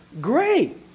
Great